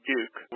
Duke